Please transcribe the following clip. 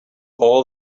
all